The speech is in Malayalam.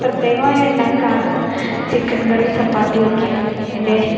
പ്രത്യേകമായി ഉണ്ടാക്കാറ് ചിക്കൻ കറി ചപ്പാത്തിയൊക്കെയാണ് എന്റെ